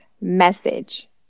message